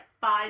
five